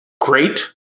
Great